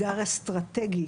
אסטרטגי